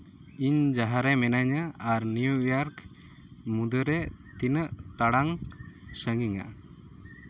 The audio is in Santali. ᱤᱧ ᱡᱟᱦᱟᱸᱨᱮ ᱢᱤᱱᱟᱹᱧᱟ ᱟᱨ ᱱᱤᱭᱩᱼᱤᱭᱟᱨᱠ ᱢᱩᱫᱟᱹᱨᱮ ᱛᱤᱱᱟᱹᱜ ᱴᱟᱲᱟᱝ ᱥᱟᱺᱜᱤᱧᱟ